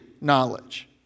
knowledge